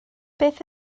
beth